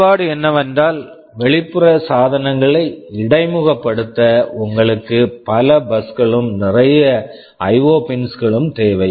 குறைபாடு என்னவென்றால் வெளிப்புற சாதனங்களை இடைமுகப்படுத்த உங்களுக்கு பல பஸ் bus களும் நிறைய ஐஓ IO பின்ஸ் pins களும் தேவை